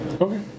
Okay